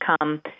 come